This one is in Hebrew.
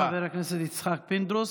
תודה, חבר הכנסת יצחק פינדרוס.